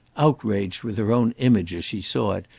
outraged with her own image as she saw it,